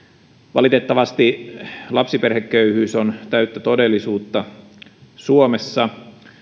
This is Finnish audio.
valitettavasti lapsiperheköyhyys on täyttä todellisuutta suomessa